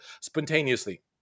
spontaneously